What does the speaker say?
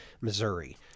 Missouri